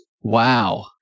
Wow